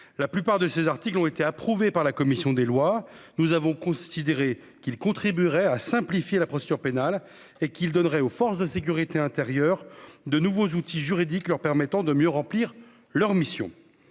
la plupart de ces articles ont été approuvé par la commission des lois, nous avons considéré qu'il contribuerait à simplifier la procédure pénale et qu'il donnerait aux forces de sécurité intérieure, de nouveaux outils juridiques leur permettant de mieux remplir leur mission,